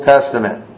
Testament